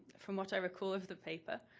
from what i recall of the paper,